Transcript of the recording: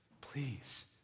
Please